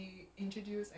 right